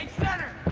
fador.